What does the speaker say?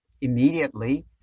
immediately